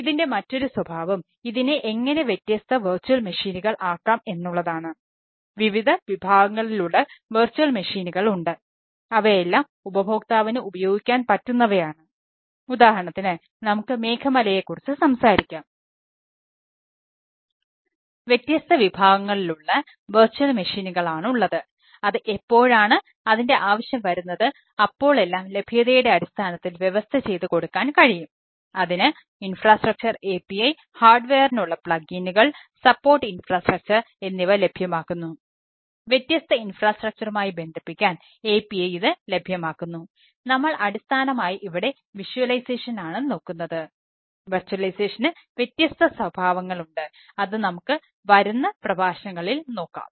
ഇതിൻറെ മറ്റൊരു സ്വഭാവം ഇതിനെ എങ്ങനെ വ്യത്യസ്ത വിർച്ച്വൽ മെഷീനുകൾ വ്യത്യസ്ത സ്വഭാവങ്ങൾ ഉണ്ട് അത് നമുക്ക് വരുന്ന പ്രഭാഷണങ്ങളിൽ നോക്കാം